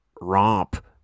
Romp